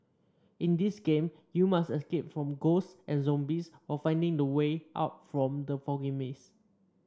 in this game you must escape from ghosts and zombies while finding the way out from the foggy maze